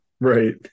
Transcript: Right